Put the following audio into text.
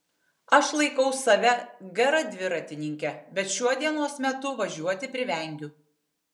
aš laikau save gera dviratininke bet šiuo dienos metu važiuoti privengiu